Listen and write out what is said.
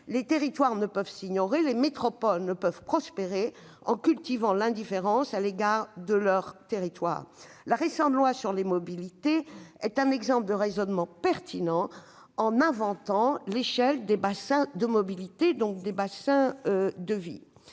Les territoires ne peuvent s'ignorer, ni les métropoles prospérer en cultivant l'indifférence à l'égard de leur territoire. La récente loi d'orientation des mobilités est un exemple de raisonnement pertinent : elle introduit l'échelle des bassins de mobilité, donc des bassins de vie.